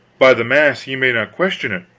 by the mass ye may not question it.